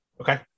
okay